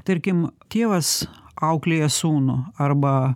tarkim tėvas auklėja sūnų arba